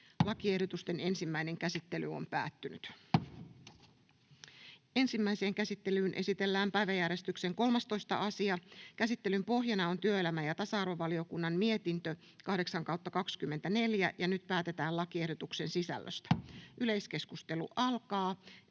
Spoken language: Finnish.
koskevaksi lainsäädännöksi Time: N/A Content: Ensimmäiseen käsittelyyn esitellään päiväjärjestyksen 13. asia. Käsittelyn pohjana on työelämä- ja tasa-arvovaliokunnan mietintö TyVM 8/2024 vp. Nyt päätetään lakiehdotuksen sisällöstä. — Yleiskeskustelu alkaa.